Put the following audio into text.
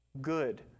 good